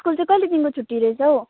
school चाहिँ कहिलेदेखिन्को छुट्टी रहेछ हो